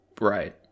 Right